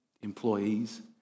employees